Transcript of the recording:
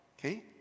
Okay